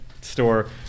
store